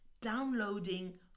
downloading